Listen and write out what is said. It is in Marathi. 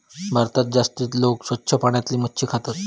भारतात जास्ती लोका स्वच्छ पाण्यातली मच्छी खातत